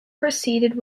proceeded